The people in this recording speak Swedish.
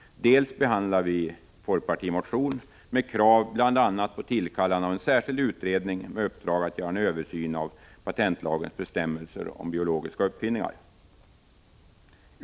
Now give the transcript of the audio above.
Den andra är en folkpartimotion med krav på bl.a. tillkallande av en särskild utredning med uppdrag att göra en översyn av patentlagens bestämmelser om biologiska uppfinningar.